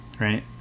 right